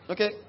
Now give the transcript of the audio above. Okay